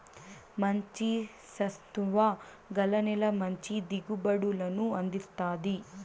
మంచి సత్తువ గల నేల మంచి దిగుబడులను అందిస్తాది